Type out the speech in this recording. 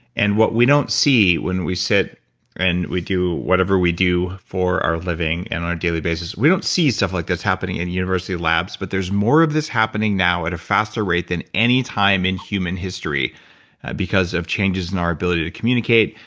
and what we don't see when we set and we do whatever we do for our living and daily basis, we don't see stuff like this happening in university labs. but there's more of this happening now at a faster rate than any time in human history because of changes in our ability to communicate,